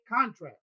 contract